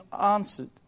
answered